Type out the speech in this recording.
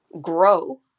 grow